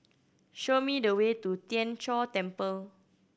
show me the way to Tien Chor Temple